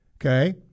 okay